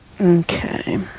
Okay